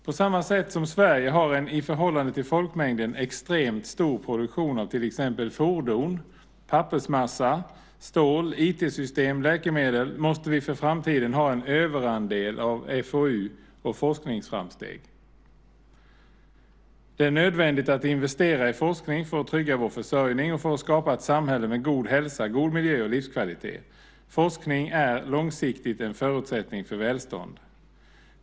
På samma sätt som Sverige har en i förhållande till folkmängden extremt stor produktion av till exempel fordon, pappersmassa, stål, IT-system och läkemedel måste vi för framtiden ha en överandel av FoU och forskningsframsteg. Det är nödvändigt att investera i forskning för att trygga vår försörjning och för att skapa ett samhälle med god hälsa, god miljö och livskvalitet. Forskning är långsiktigt en förutsättning för välstånd.